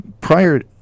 prior